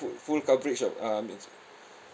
full full coverage ah ah means